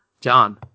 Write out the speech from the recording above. John